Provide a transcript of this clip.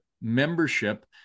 membership